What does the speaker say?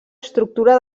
estructura